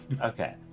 Okay